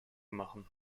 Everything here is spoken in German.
machen